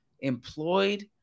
employed